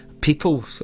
people